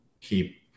keep